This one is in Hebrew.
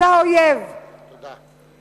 אתה אויב, תודה.